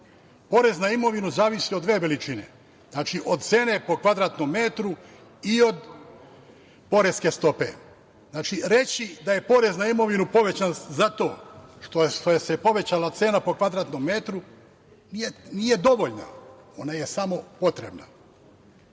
Porez na imovinu zavisi od dve veličine, znači, od cene po kvadratnom metru i od poreske stope. Reći da je porez na imovinu povećan zato što se povećala cena po kvadratnom metru, nije dovoljno, ona je samo potrebna.